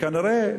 כנראה,